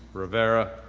rivera,